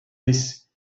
bis